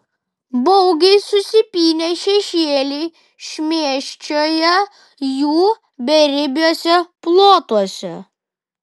baugiai susipynę šešėliai šmėsčioja jų beribiuose plotuose